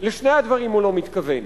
לשני הדברים הוא לא מתכוון.